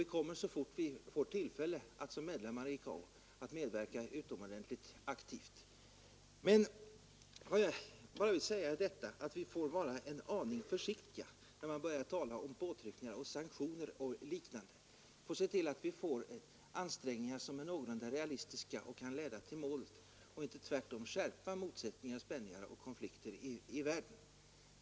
Sverige är inte för närvarande medlem av ICAO, vi att som medlemmar i ICAO medverka utomordentligt aktivt. 28 november 1972 Men jag vill framhålla att vi får vara en aning försiktiga med at tda ———— Om utbyggnad av om påtryckningar, sanktioner och liknande. I stället bör våra ansträngningar vara någorlunda realistiska så att de kan leda till målet och inte tvärtom skärpa motsättningar, spänningar och konflikter i världen.